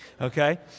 Okay